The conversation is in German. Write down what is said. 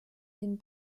den